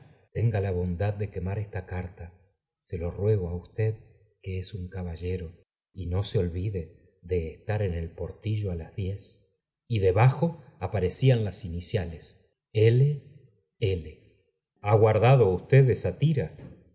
tenga la bondad de quemar esta carta se lo ruego á usted que es un caballero y no se olvide de restar en el portillo á las diez debajo aparecían las iniciales l l ha guardado usted esa